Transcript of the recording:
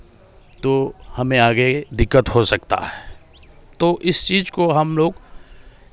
तो हमें आगे दिक्कत हो सकता है तो इस चीज़ को हम लोग